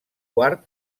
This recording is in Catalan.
quart